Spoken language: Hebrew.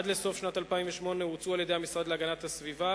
עד לסוף שנת 2008 הוצאו על-ידי המשרד להגנת הסביבה